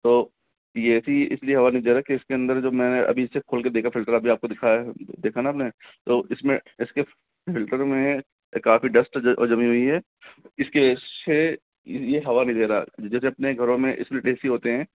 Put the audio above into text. तो यह A C इसलिए हवा नहीं दे रहा कि इसके अंदर जो मैं अभी इसे खोल कर देखा फिल्टर अभी आपको दिखाया देखा ना आपने तो इसमें इसके फिल्टर में काफी डस्ट जमी हुई है इसके इससे यह हवा नहीं दे रहा है जैसे अपने घरों में स्पिलिट ए सी होते हैं